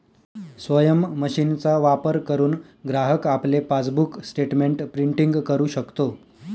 स्वयम मशीनचा वापर करुन ग्राहक आपले पासबुक स्टेटमेंट प्रिंटिंग करु शकतो